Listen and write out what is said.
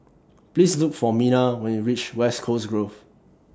Please Look For Minna when YOU REACH West Coast Grove